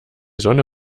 sonne